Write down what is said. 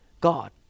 God